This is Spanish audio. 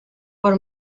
por